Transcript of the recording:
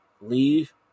leave